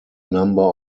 number